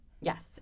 Yes